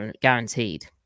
guaranteed